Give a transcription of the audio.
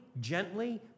gently